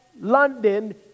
London